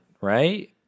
right